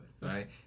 right